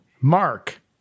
Mark